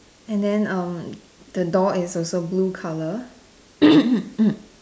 and then um the door is also blue color